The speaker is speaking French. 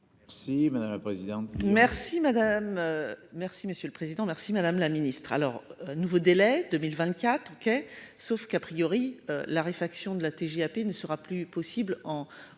merci monsieur le président. Merci madame la ministre. Alors nouveau délai 2024 OK sauf qu'a priori la réfaction de la TGAP ne sera plus possible en au